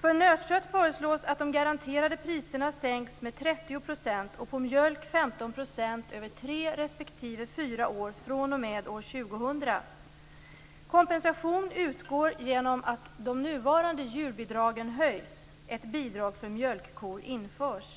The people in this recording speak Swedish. På nötkött föreslås att de garanterade priserna sänks med 30 % och på mjölk med 15 % över tre respektive fyra år fr.o.m. år 2000. Kompensation utgår genom att de nuvarande djurbidragen höjs. Ett bidrag för mjölkkor införs.